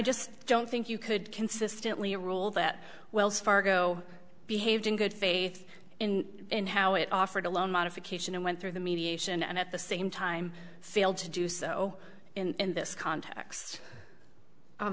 just don't think you could consistently rule that wells fargo behaved in good faith in in how it offered a loan modification and went through the mediation and at the same time failed to do so in this context